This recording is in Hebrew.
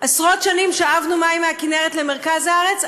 עשרות שנים שאבנו מים מהכינרת למרכז הארץ,